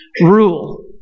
rule